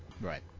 Right